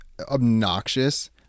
obnoxious